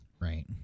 Right